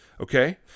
okay